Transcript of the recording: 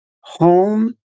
home